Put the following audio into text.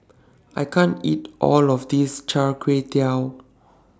I can't eat All of This Char Kway Teow